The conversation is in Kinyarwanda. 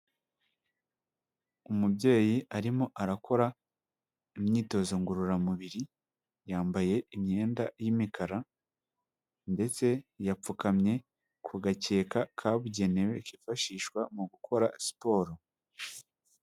Umubyeyi arimo arakora imyitozo ngororamubiri yambaye imyenda y'imikara ndetse yapfukamye ku gakeka kabugenewe kifashishwa mu gukora siporo.